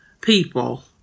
people